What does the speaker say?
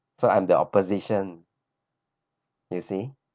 so I'm the opposition you see